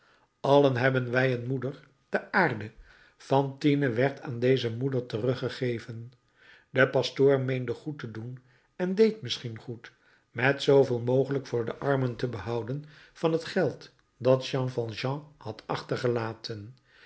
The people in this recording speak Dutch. allen hebben wij een moeder de aarde fantine werd aan deze moeder teruggegeven de pastoor meende goed te doen en deed misschien goed met zooveel mogelijk voor de armen te behouden van het geld dat jean valjean had achtergelaten